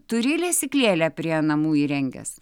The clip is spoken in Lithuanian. turi lesyklėlę prie namų įrengęs